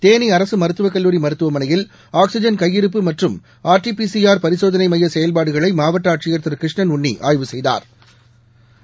தேனி அரசு மருத்துவ கல்லூரி மருத்துவமனையில் ஆக்சிஜன் கையிருப்பு மற்றும் R T P C R பரிசோதனை மைய செயல்பாடுகளை மாவட்ட ஆட்சியர் திரு கிருஷ்ணன் உன்னி ஆய்வு செய்தாா்